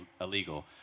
illegal